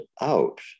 out